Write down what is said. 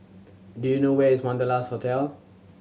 do you know where is Wanderlust Hotel